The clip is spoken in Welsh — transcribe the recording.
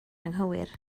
anghywir